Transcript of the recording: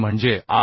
म्हणजे आर